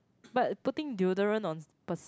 but putting deodorant on pers~